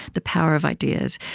the power of ideas.